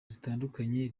zitandukanye